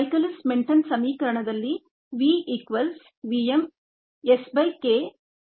Michaelis Menten ಸಮೀಕರಣದಲ್ಲಿ v equals v m s by K m plus s